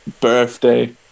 birthday